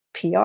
PR